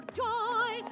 joy